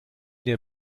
der